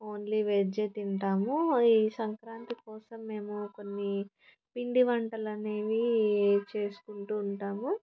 only వెజ్జే తింటాము ఈ సంక్రాంతి కోసం మేము కొన్ని పిండి వంటలు అనేవి చేసుకుంటు ఉంటాము